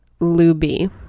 Luby